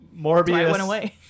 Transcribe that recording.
Morbius